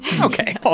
Okay